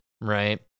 right